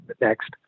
next